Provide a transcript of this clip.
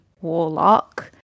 warlock